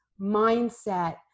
mindset